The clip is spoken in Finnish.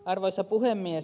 arvoisa puhemies